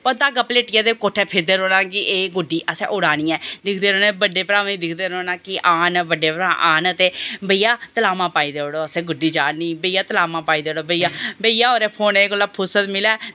वा धागा लपेटियै कोट्ठै फिरदे रौह्नां कि असैं एह् गुड्डी उडानी ऐ दिखदे रौह्नां बड्डैं भ्राएं गी दिखदे रौह्ना कि आन बड्डे भ्रा आन ते भाईया तलामां पाई देई ओड़ो असैं गुड्डी चाड़नी तलामां पाई देई ओड़ो भाईया भाईया हरें गी फोने कोला दा फुर्सत मिलै तां